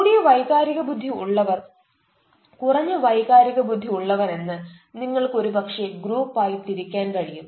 കൂടിയ വൈകാരിക ബുദ്ധി ഉള്ളവർ കുറഞ്ഞ വൈകാരിക ബുദ്ധി ഉളളവർ എന്ന് നിങ്ങൾക്ക് ഒരുപക്ഷേ ഗ്രൂപ്പ് ആയി തിരിക്കാൻ കഴിയും